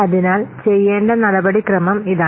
അതിനാൽ ചെയ്യേണ്ട നടപടിക്രമം ഇതാണ്